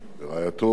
רעייתו,